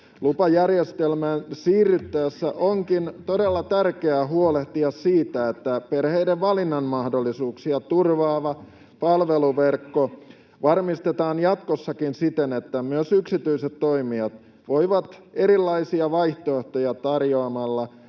Lupajärjestelmään siirryttäessä onkin todella tärkeää huolehtia siitä, että perheiden valinnanmahdollisuuksia turvaava palveluverkko varmistetaan jatkossakin siten, että myös yksityiset toimijat voivat erilaisia vaihtoehtoja tarjoamalla